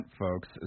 folks